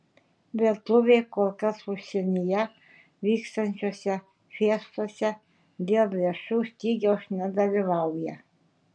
lietuviai kol kas užsienyje vykstančiose fiestose dėl lėšų stygiaus nedalyvauja